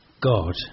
God